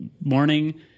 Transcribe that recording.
morning